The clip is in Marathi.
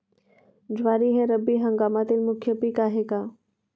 ज्वारी हे रब्बी हंगामातील मुख्य पीक आहे का?